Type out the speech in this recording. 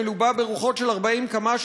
מלובה ברוחות של 40 קמ"ש,